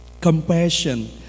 compassion